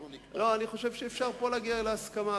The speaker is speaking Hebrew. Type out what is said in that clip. אנחנו נקבע, לא, אני חושב שאפשר להגיע פה להסכמה.